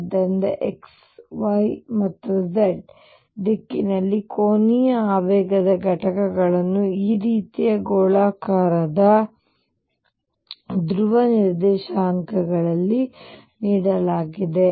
ಆದ್ದರಿಂದ x y ಮತ್ತು z ದಿಕ್ಕಿನಲ್ಲಿ ಕೋನೀಯ ಆವೇಗದ ಘಟಕಗಳನ್ನು ಈ ರೀತಿಯ ಗೋಳಾಕಾರದ ಧ್ರುವ ನಿರ್ದೇಶಾಂಕಗಳಲ್ಲಿ ನೀಡಲಾಗಿದೆ